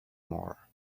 more